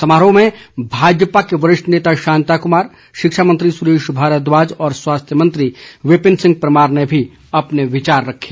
समारोह में भाजपा के वरिष्ठ नेता शांता कुमार शिक्षा मंत्री सुरेश भारद्वाज और स्वास्थ्य मंत्री विपिन परमार ने भी अपने विचार रखे